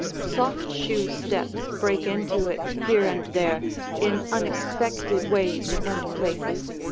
soft-shoe steps break into it here and there in unexpected ways and places,